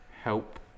help